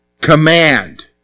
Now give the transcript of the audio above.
Command